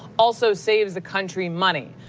also saves the country money.